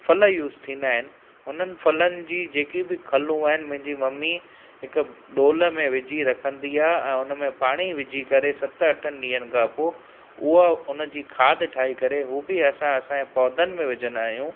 फल यूज़ थींदा आहिनि हुननि फलनि जी जेकी बि खलू आहिनि मुंहिंजी मम्मी हिकु डोल में विझी रखंदी आहे ऐं उन में पाणी विझी करे सत अठ ॾींहंनि खां पोइ उहो उन जी खाद ठाहे करे हू बि असां असांजे पौधनि में विझंदा आहियूं